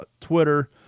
Twitter